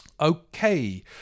okay